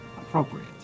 appropriate